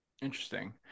interesting